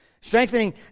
Strengthening